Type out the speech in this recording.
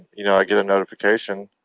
you know, i get a notification.